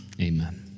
amen